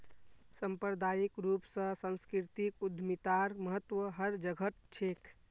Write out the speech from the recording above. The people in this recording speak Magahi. सांप्रदायिक रूप स सांस्कृतिक उद्यमितार महत्व हर जघट छेक